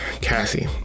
Cassie